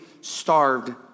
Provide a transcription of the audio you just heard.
starved